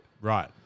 Right